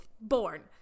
born